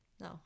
No